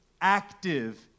active